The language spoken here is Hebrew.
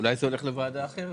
אולי זה הולך לוועדה אחרת?